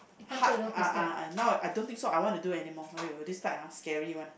height ah ah ah now I don't think so I wanna do anymore !aiyo! this type ah scary one